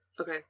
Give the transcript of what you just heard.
Okay